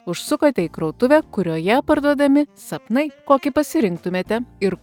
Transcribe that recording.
užsukote į krautuvę kurioje parduodami sapnai kokį pasirinktumėte ir